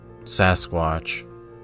Sasquatch